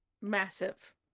massive